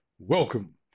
welcome